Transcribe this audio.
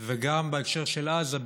וגם בהקשר של עזה,